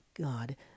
god